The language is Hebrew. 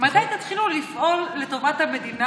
מתי תתחילו לפעול לטובת המדינה,